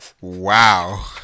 Wow